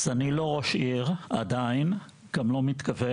אז אני לא ראש עיר עדיין, גם לא מתכוון,